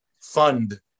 fund